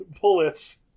bullets